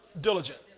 diligent